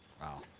Wow